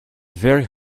very